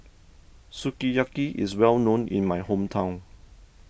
Sukiyaki is well known in my hometown